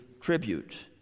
tribute